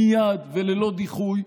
מייד וללא דיחוי,